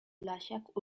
podlasiak